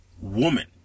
woman